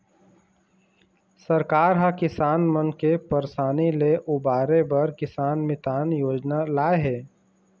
सरकार ह किसान मन के परसानी ले उबारे बर किसान मितान योजना लाए हे